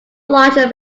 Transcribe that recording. larger